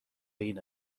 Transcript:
این